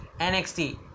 NXT